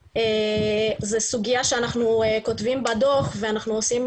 זו סוגיה שאנחנו כותבים בדוח ואנחנו עושים